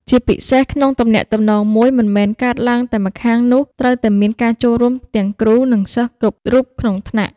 ជាពិសេស ក្នុងទំនាក់ទំនងមួយ មិនមែនកើតឡើងតែម្ខាងនោះត្រូវតែមានការចូលរួមទាំងគ្រូនិងសិស្សគ្រប់រូបក្នុងថ្នាក់។